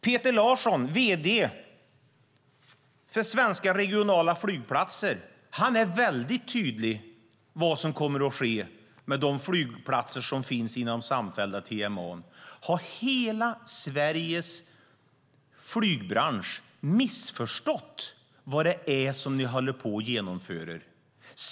Peter Larsson, vd, för Svenska regionala flygplatser, är väldigt tydlig med vad som kommer att ske med de flygplatser som finns inom samfällda TMA. Har hela Sveriges flygbransch missförstått vad det är som ni håller på att genomföra?